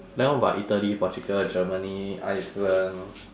then what about italy portugal germany iceland